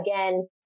again